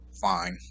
fine